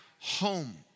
home